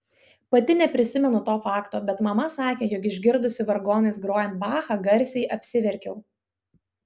pati neprisimenu to fakto bet mama sakė jog išgirdusi vargonais grojant bachą garsiai apsiverkiau